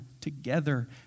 together